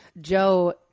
Joe